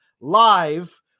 live